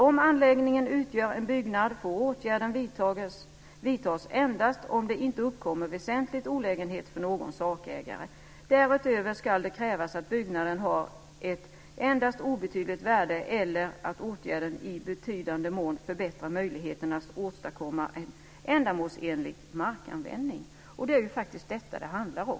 Om anläggningen utgör en byggnad får åtgärden vidtas endast om det inte uppkommer väsentlig olägenhet för någon sakägare. Därutöver skall det krävas att byggnaden har ett endast obetydligt värde eller att åtgärden i betydande mån förbättrar möjligheterna att åstadkomma en ändamålsenlig markanvändning." Det faktiskt detta som det handlar om.